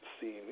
seen